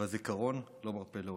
והזיכרון לא מרפה לעולם.